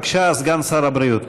בבקשה, סגן שר הבריאות.